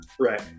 right